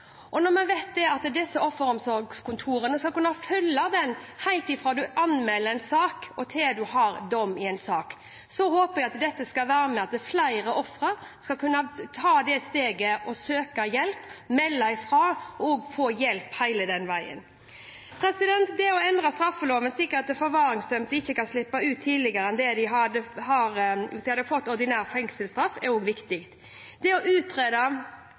plass. Når vi vet at disse offeromsorgskontorene skal kunne følge saken helt fra en anmelder en sak, og til en har dom i en sak, håper jeg at dette skal være med og bidra til at flere ofre skal kunne ta det steget og søke hjelp, melde fra og få hjelp hele veien. Det å endre straffeloven slik at forvaringsdømte ikke kan slippe ut tidligere enn de hadde hvis de hadde fått ordinær fengselsstraff, er også viktig, og det å utrede